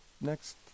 Next